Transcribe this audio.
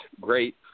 great